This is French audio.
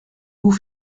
vous